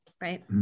Right